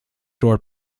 door